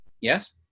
yes